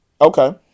Okay